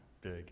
big